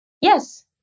Yes